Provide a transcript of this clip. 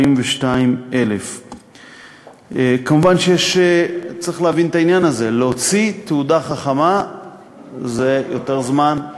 142,000. צריך להבין את העניין הזה: להוציא תעודה חכמה אורך יותר זמן,